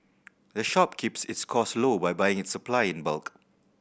the shop keeps its costs low by buying its supply in bulk